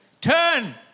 Turn